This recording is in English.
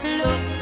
look